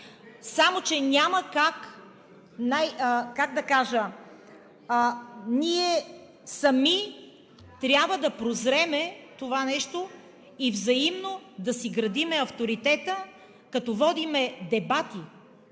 само че няма как, как да кажа, ние сами трябва да прозрем това нещо и взаимно да си градим авторитета, като водим дебати,